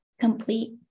complete